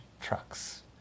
trucks